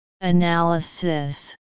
Analysis